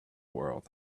world